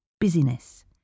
busyness